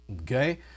okay